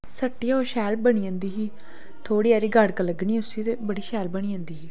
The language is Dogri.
स'ट्टी ओह् शैल बनी जंदी ही थोह्ड़ी हारी गड़क लग्गनी ते बड़ी शैल बनी जंदी ही